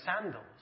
sandals